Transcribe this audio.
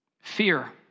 Fear